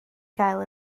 gael